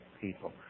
people